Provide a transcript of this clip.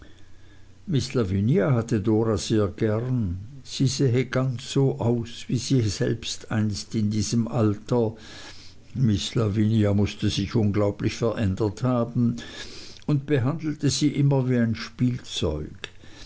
miß lavinia hatte dora sehr gern sie sähe ganz so aus wie sie selbst einst in diesem alter miß lavinia mußte sich unglaublich verändert haben und behandelte sie immer wie ein spielzeug